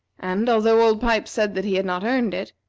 and, although old pipes said that he had not earned it,